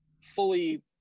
fully